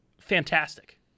fantastic